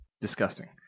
Disgusting